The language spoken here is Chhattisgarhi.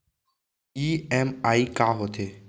ई.एम.आई का होथे?